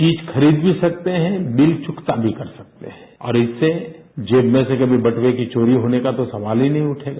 चीज खरीद भी सकते है बिल चुक्ता भी कर सकते हैं और इससे जेब में से कभी बदुए की चोरी होने का तो सवाल ही नहीं उठेगा